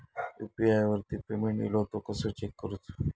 UPI वरती payment इलो तो कसो चेक करुचो?